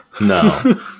No